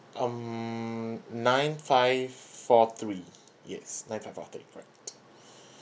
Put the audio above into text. um nine five four three yes nine five four three correct